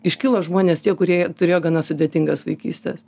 iškilo žmonės tie kurie turėjo gana sudėtingas vaikystes